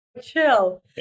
chill